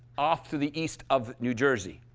off to the east of new jersey,